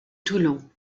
toulon